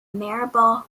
marylebone